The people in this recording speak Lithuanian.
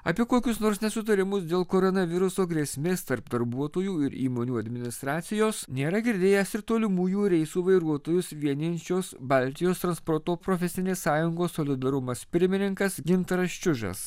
apie kokius nors nesutarimus dėl koronaviruso grėsmės tarp darbuotojų ir įmonių administracijos nėra girdėjęs ir tolimųjų reisų vairuotojus vienijančios baltijos transporto profesinės sąjungos solidarumas pirmininkas gintaras čiužas